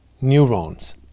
neurons